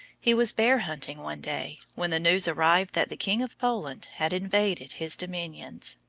he was bear-hunting one day when the news arrived that the king of poland had invaded his dominions.